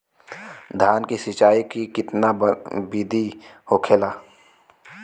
धान की सिंचाई की कितना बिदी होखेला?